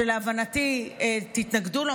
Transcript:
שלהבנתי תתנגדו לו,